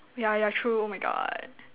yeah yeah true oh my God